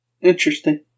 Interesting